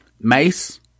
mace